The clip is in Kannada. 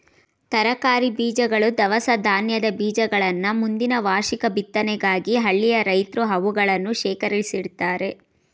ತರಕಾರಿ ಬೀಜಗಳು, ದವಸ ಧಾನ್ಯದ ಬೀಜಗಳನ್ನ ಮುಂದಿನ ವಾರ್ಷಿಕ ಬಿತ್ತನೆಗಾಗಿ ಹಳ್ಳಿಯ ರೈತ್ರು ಅವುಗಳನ್ನು ಶೇಖರಿಸಿಡ್ತರೆ